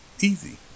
Easy